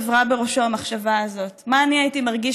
עברה בראשו המחשבה הזאת: מה אני הייתי מרגיש